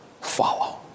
follow